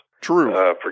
True